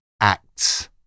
ACTS